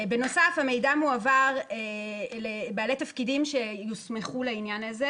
בנוסף, המידע יועבר לבעלי תפקידים שיוסמכו לזה,